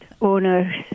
owners